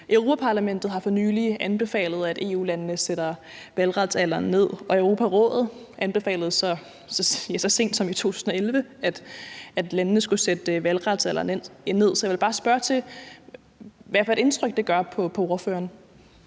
Europa-Parlamentet har for nylig anbefalet, at EU-landene sætter valgretsalderen ned, og Europarådet anbefalede så langt tilbage som 2011, at landene skulle sætte valgretsalderen ned, så jeg vil bare spørge, hvad for et indtryk det gør på ordføreren.